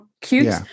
cute